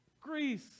Greece